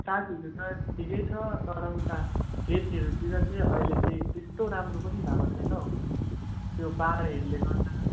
सागहरू त ठिकै छ तर उता खेतीहरूतिर चाहिँ अहिले चाहिँ त्यस्तो राम्रो पनि भएको छैन नौ यो बाढहरूले गर्दा